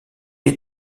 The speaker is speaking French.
est